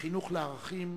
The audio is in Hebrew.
החינוך לערכים,